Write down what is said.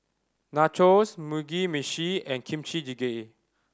Nachos Mugi Meshi and Kimchi Jjigae